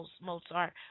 Mozart